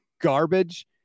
garbage